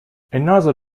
another